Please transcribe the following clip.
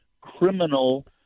criminal